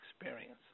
experience